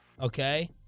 Okay